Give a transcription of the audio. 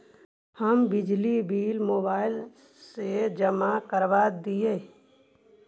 हम बिजली bill mobile से जमा करवा देहियै?